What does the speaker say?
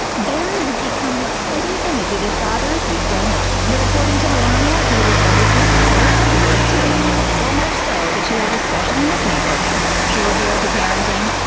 barron has become the spitting image of his father as he's grown up. but according to melania, he resembles his father in other ways, too so much so that she has a special nickname for him. she revealed to parenting,